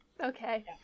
Okay